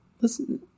Listen